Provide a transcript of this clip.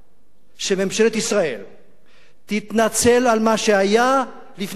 שממשלת ישראל תתנצל על מה שהיה לפני שנתיים,